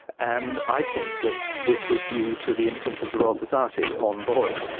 and i think that this was due to the inference of the royal society on boyle.